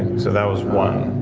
so that was one